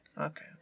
okay